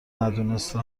ندونسته